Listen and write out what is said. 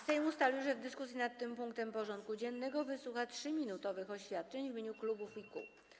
Sejm ustalił, że w dyskusji nad tym punktem porządku dziennego wysłucha 3-minutowych oświadczeń w imieniu klubów i kół.